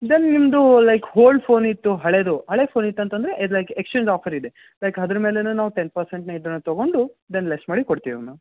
then ನಿಮ್ಮದು like old phone ಇತ್ತು ಹಳೆಯದು ಹಳೆಯ ಫೋನ್ ಇತ್ತು ಅಂತಂದರೆ ಇದು ಲೈಕ್ ಎಕ್ಸ್ಚೇಂಜ್ ಆಫರ್ ಇದೆ ಲೈಕ್ ಅದ್ರ್ ಮೇಲೆಯೂ ನಾವು ಟೆನ್ ಪರ್ಸೆಂಟ್ ಇದನ್ನು ತಗೊಂಡು ದೆನ್ ಲೆಸ್ ಮಾಡಿ ಕೊಡ್ತೀವಿ ಮೇಡಮ್